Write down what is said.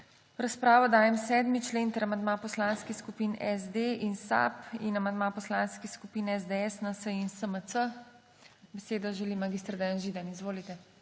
razpravo dajem 7. člen ter amandma poslanskih skupin SD in SAB in amandma poslanskih skupin SDS, NSi in SMC. Besedo želi mag. Dejan Židan. Izvolite.